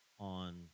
On